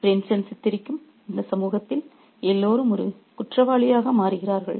பிரேம்சந்த் சித்திரிக்கும் இந்த சமூகத்தில் எல்லோரும் ஒரு குற்றவாளியாக மாறுகிறார்கள்